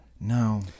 No